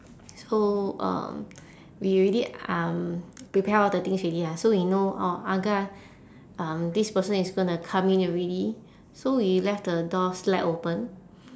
so um we already um prepare all the things already ah so we know orh agak um this person is gonna come in already so we left the door slight open